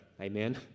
amen